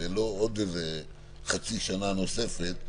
ולא לחצי שנה נוספת.